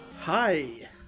Hi